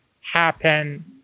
happen